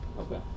Okay